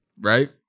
Right